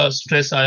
stress